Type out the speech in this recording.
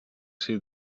see